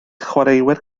chwaraewyr